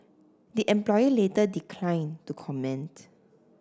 the employee later declined to comment